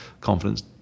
confidence